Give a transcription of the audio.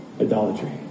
idolatry